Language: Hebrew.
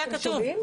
היה כתוב.